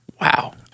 Wow